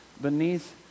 Beneath